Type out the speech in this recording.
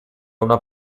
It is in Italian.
una